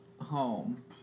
home